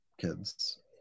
kids